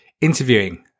interviewing